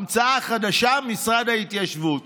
המצאה חדשה, משרד ההתיישבות.